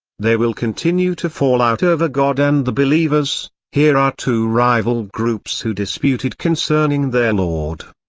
they will continue to fall out over god and the believers here are two rival groups who disputed concerning their lord.